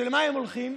למה הולכות?